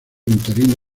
interino